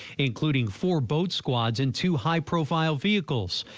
including four boat squads and two high profile vehicles.